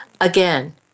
again